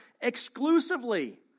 exclusively